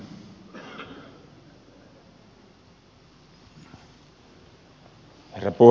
herra puhemies